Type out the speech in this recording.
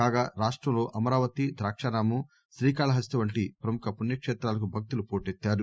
కాగా రాష్టంలో అమరావతి ద్రాకారామం శ్రీకాళహస్తి వంటి ప్రముఖ పుణ్యకేత్రాలకు భక్తులు పోటెత్తారు